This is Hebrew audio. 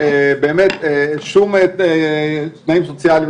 באמת שום תנאים סוציאליים,